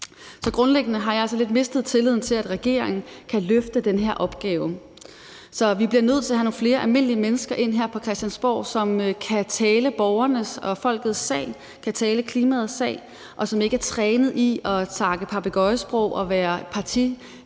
Grundlæggende har jeg altså lidt mistet tilliden til, at regeringen kan løfte den her opgave, så vi bliver nødt til at have nogle flere almindelige mennesker ind her på Christiansborg, som kan tale borgernes og folkets sag, kan tale klimaets sag, og som ikke er trænede i at snakke papegøjesprog og være partisoldat,